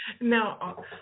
Now